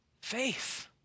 Faith